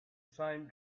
same